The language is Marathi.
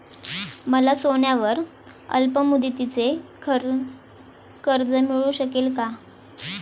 मला सोन्यावर अल्पमुदतीचे कर्ज मिळू शकेल का?